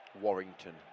Warrington